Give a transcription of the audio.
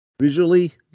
Visually